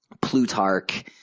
Plutarch